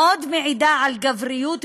שמאוד מעידה על גבריות ומצ'ואיזם,